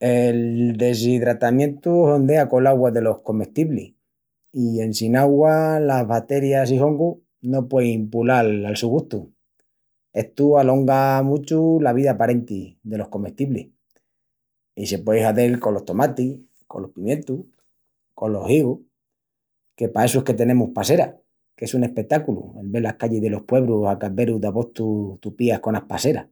El desidratamientu hondea col'augua delos comestiblis, i en sin augua, las baterias i hongus no puein pulal al su gustu. Estu alonga muchu la vida aparenti delos comestiblis. I se puei hazel colos tomatis, colos pimientus, colos higus, que pa essu es que tenemus passeras, qu'es un espetáculu el vel las callis delos puebrus a acaberus d'abostu tupías conas passeras.